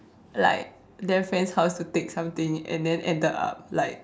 like Dan friend's house to take something and then ended up like